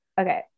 Okay